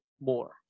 more